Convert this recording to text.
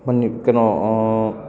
ꯀꯩꯅꯣ